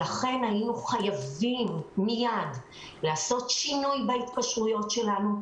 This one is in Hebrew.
לכן היינו חייבים לעשות שינוי בהתקשרויות שלנו,